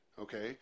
okay